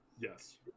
Yes